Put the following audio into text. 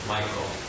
Michael